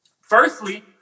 firstly